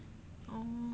oh